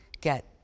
get